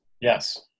Yes